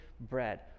bread